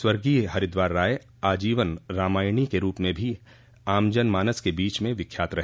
स्वर्गीय हरिद्वार राय आजीवन रामायणी के रूप में भी आमजन मानस के बीच विख्यात रहे